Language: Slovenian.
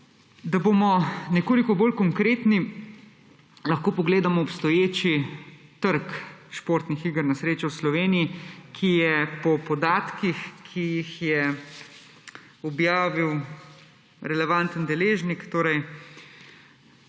Da bomo nekoliko bolj konkretni, lahko pogledamo obstoječi trg športnih iger na srečo v Sloveniji po podatkih, ki jih je objavil relevantni deležnik, torej